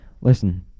Listen